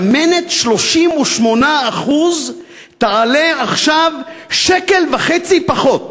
שמנת 38% תעלה עכשיו 1.5 ש"ח פחות.